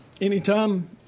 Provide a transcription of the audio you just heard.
Anytime